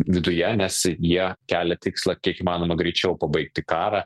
viduje nes jie kelia tikslą kiek įmanoma greičiau pabaigti karą